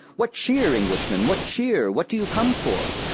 what cheer, englishmen, what cheer, what do you come for?